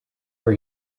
were